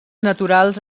naturals